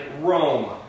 Rome